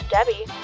Debbie